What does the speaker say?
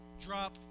drop